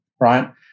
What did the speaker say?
right